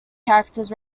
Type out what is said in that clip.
characters